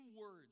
words